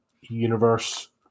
universe